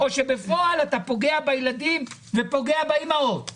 בפועל אתה פוגע בילדים ופוגע באימהות.